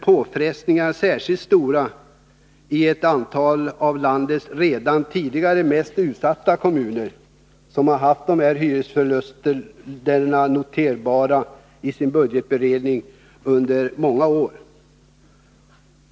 Påfrestningarna blir särskilt stora i ett antal av landets redan tidigare mest utsatta kommuner, som har haft att notera de här hyresförlusterna i sin budgetberedning under många år.